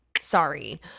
sorry